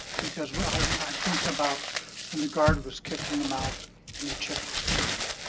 because what i'm i'm thinking about when the guard was kicked in the mouth and he chipped his tooth.